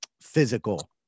physical